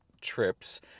trips